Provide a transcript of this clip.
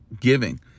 giving